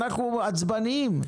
אנחנו עצבנים.